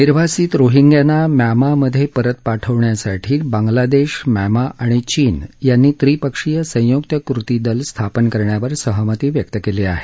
निर्वासित रोहिंग्यांना म्यांमामधे परत पाठवण्यासाठी बांगलादेश म्यांमा आणि चीन यांनी त्रिपक्षीय संयुक्त कृती दल स्थापन करण्यावर सहमती व्यक्त केली आहे